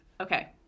Okay